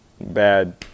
bad